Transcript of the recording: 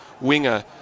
winger